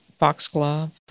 Foxglove